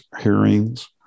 hearings